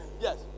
Yes